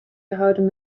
gehouden